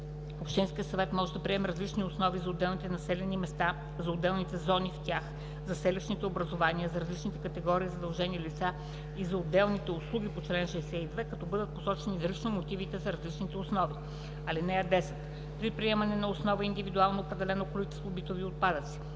Общинският съвет може да приеме различни основи за отделните населени места, за отделните зони в тях, за селищните образувания, за различните категории задължени лица и за отделните услуги по чл. 62, като бъдат посочени изрично мотивите за различните основи. (10) При приемане на основа индивидуално определено количество битови отпадъци